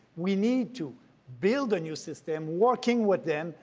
we need to build a new system working with them,